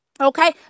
Okay